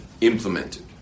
implemented